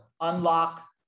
unlock